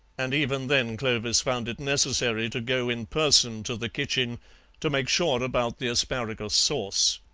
and even then clovis found it necessary to go in person to the kitchen to make sure about the asparagus sauce.